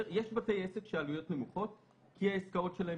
יש בתי עסק שהעלויות נמוכות כי העסקאות שלהם